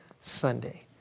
Sunday